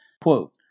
quote